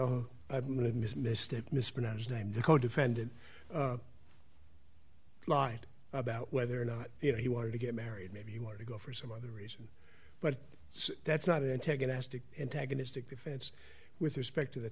mystic mispronounced name the codefendant lied about whether or not you know he wanted to get married maybe he wanted to go for some other reason but that's not an antagonistic antagonistic defense with respect to the